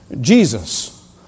Jesus